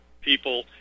people